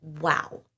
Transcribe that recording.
wow